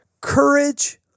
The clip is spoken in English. Courage